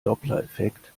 dopplereffekt